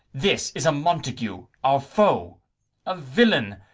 this is a montague, our foe a villain,